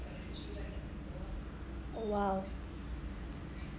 oh !wow!